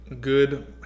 good